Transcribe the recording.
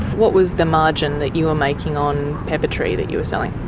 what was the margin that you were making on pepper tree that you were selling?